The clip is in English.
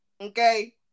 Okay